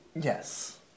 Yes